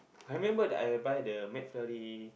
I remember that I buy the McFlurry